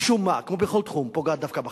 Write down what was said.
משום מה, כמו בכל תחום, פוגעת דווקא בחלשים.